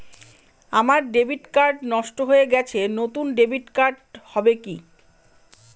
আমার debit card নষ্ট হয়ে গেছে নূতন ডেবিট কার্ড হবে কি?